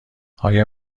آیا